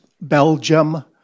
Belgium